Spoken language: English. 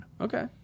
Okay